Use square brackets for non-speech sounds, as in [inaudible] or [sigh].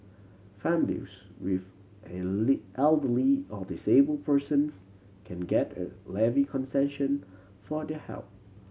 families with an [unintelligible] elderly or disabled person can get a levy concession for their help